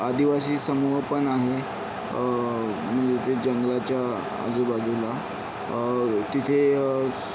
आदिवासी समूह पण आहे म्हणजे ते जंगलाच्या आजूबाजूला तिथे